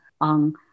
on